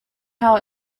how